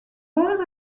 both